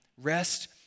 rest